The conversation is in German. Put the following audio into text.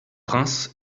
prince